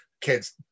kids